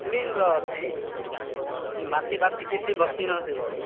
କ୍ଲିନ୍ର ଅଛି ସେ ମାଛି ଫାଛି କିଛି ବସି ନଥିବ